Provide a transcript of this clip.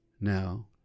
Now